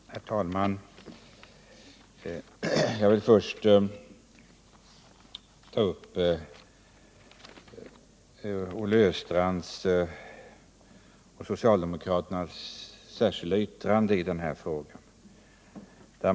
Herr talman! Jag vill först ta upp Olle Östrands och socialdemokraternas särskilda yttrande i detta ärende.